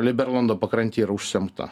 liberlando pakrantė yra užsemta